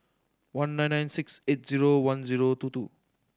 one nine nine six eight zero one zero two two